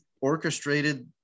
orchestrated